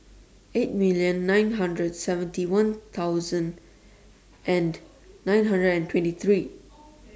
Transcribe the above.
eight million nine hundred seventy one thousand and nine hundred and twenty three